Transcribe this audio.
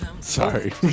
Sorry